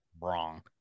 wrong